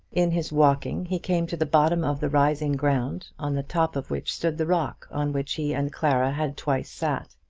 in his walking he came to the bottom of the rising ground on the top of which stood the rock on which he and clara had twice sat.